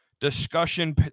discussion